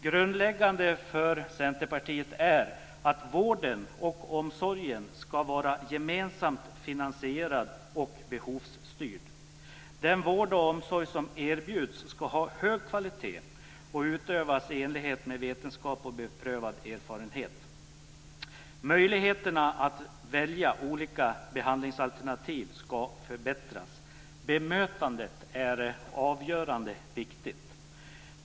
Grundläggande för Centerpartiet är att vården och omsorgen ska vara gemensamt finansierad och behovsstyrd. Den vård och omsorg som erbjuds ska ha hög kvalitet och utövas i enlighet med vetenskap och beprövad erfarenhet. Möjligheterna att välja olika behandlingsalternativ ska förbättras. Bemötandet är av avgörande vikt.